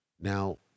Now